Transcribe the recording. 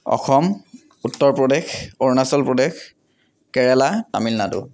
Assam Uttar Pradesh Arunachal Pradesh Kerala Tamil Nadu